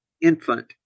infant